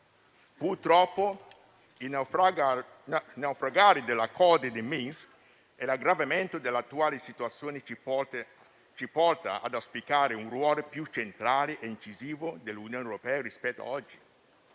Purtroppo, il naufragare degli Accordi di Minsk e l'aggravamento dell'attuale situazione ci portano ad auspicare un ruolo più centrale e incisivo dell'Unione europea rispetto a oggi,